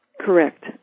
Correct